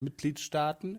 mitgliedstaaten